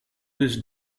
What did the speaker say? this